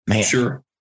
Sure